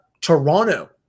Toronto